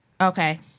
Okay